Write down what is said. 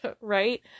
right